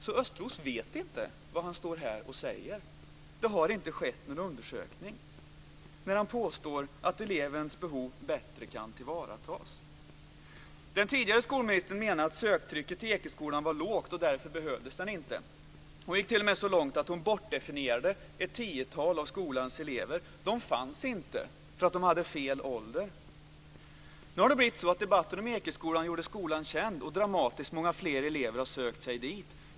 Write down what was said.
Så Östros vet inte vad han står här och säger - det har inte skett någon undersökning - när han påstår att elevens behov bättre kan tillvaratas. Den tidigare skolministern menade att söktrycket på Ekeskolan var lågt, och därför behövdes den inte. Hon gick t.o.m. så långt att hon bortdefinierade ett tiotal av skolans elever. De fanns inte, för att de hade fel ålder. Debatten om Ekeskolan gjorde skolan känd, och dramatiskt många fler elever har sökt sig dit.